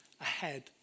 ahead